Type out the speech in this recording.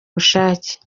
bushake